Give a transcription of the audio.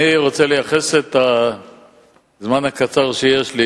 אני רוצה לייחד את הזמן הקצר שיש לי